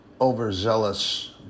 overzealous